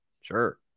sure